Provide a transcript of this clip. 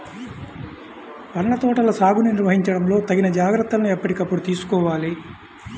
పండ్ల తోటల సాగుని నిర్వహించడంలో తగిన జాగ్రత్తలను ఎప్పటికప్పుడు తీసుకోవాలి